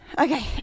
Okay